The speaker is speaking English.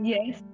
Yes